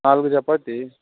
నాలుగు చపాతి